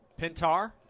Pintar